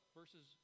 verses